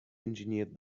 engineered